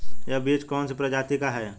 यह बीज कौन सी प्रजाति का है?